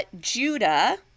Judah